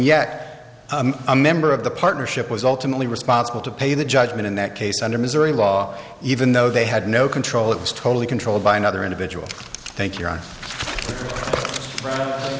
yet a member of the partnership was ultimately responsible to pay the judgment in that case under missouri law even though they had no control it was totally controlled by another individual thank you